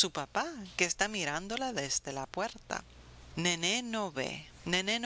su papá que está mirándola desde la puerta nené no ve nené